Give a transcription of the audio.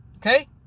Okay